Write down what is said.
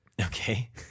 Okay